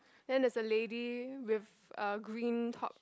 then there's a lady with a green top